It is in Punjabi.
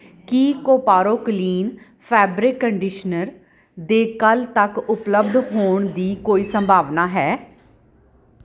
ਕੀ ਕੋਪਾਰੋ ਕਲੀਨ ਫੈਬਰਿਕ ਕੰਡੀਸ਼ਨਰ ਦੇ ਕੱਲ੍ਹ ਤੱਕ ਉਪਲੱਬਧ ਹੋਣ ਦੀ ਕੋਈ ਸੰਭਾਵਨਾ ਹੈ